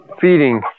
feeding